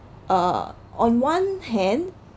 uh on one hand